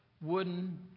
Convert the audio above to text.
wooden